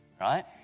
right